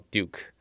Duke，